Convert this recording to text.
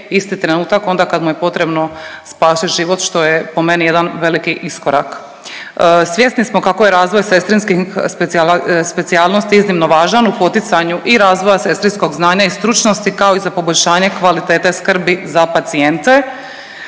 isti trenutak onda kad mu je potrebno spasit život, što je po meni jedan veliki iskorak. Svjesni smo kako je razvoj sestrinskih specijalnosti iznimno važan u poticanju i razvoja sestrinskog znanja i stručnosti kao i za poboljšanje kvalitete skrbi za pacijente.